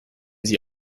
sie